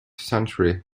century